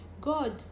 God